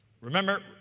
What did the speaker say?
Remember